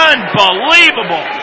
Unbelievable